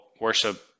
worship